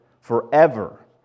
forever